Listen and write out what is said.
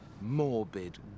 morbid